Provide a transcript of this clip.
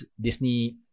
Disney